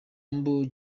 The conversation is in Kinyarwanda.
humble